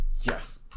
yes